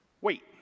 Wait